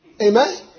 Amen